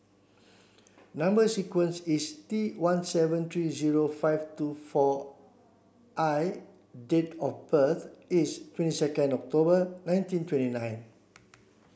number sequence is T one seven three zero five two four I date of birth is twenty second October nineteen twenty nine